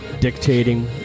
dictating